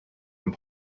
and